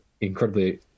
incredibly